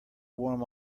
warm